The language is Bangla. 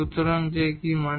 সুতরাং যে কি মানে